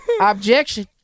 Objection